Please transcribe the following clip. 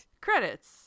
Credits